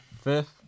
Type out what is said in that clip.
Fifth